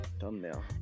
Thumbnail